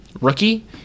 rookie